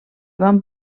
van